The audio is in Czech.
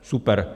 Super!